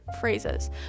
phrases